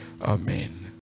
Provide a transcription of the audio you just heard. Amen